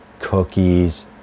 cookies